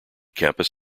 campus